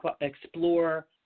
explore